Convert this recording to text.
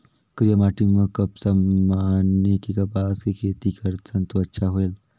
करिया माटी म कपसा माने कि कपास के खेती करथन तो अच्छा होयल?